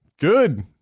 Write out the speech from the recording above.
good